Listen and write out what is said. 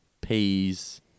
peas